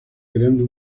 creando